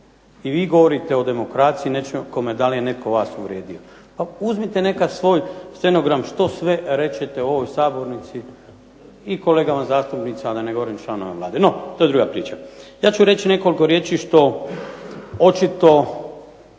I vi govorite o demokraciji, o nečemu da li je netko vas uvrijedio? Pa uzmite nekad svoj stenogram što sve rečete u ovoj Sabornici i kolegama zastupnicama, a da ne govorim članovima Vlade. No, to je druga priča. Ja ću reći nekoliko riječi što očito